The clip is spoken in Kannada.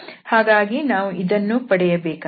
ಹಾಗಾಗಿ ನಾವು ಇದನ್ನೂ ಪಡೆಯಬೇಕಾಗಿದೆ